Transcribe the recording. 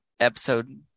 episode